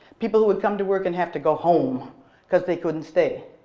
people who would come to work and have to go home because they couldn't stay.